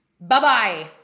bye-bye